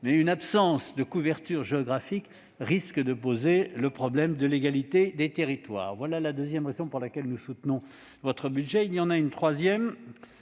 mais une absence de couverture géographique risque de poser le problème de l'égalité des territoires. La troisième raison pour laquelle nous soutenons votre budget est spectaculaire